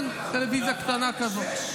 כן, טלוויזיה קטנה כזאת.